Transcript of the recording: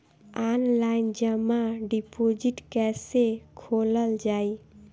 Online जमा deposit कैसे खोलल जाइ?